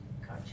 gotcha